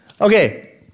Okay